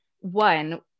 one